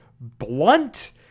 blunt